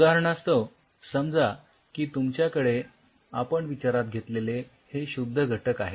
उदाहरणास्तव समजा की तुमच्याकडे आपण विचारात घेतलेले हे शुद्ध घटक आहेत